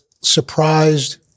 surprised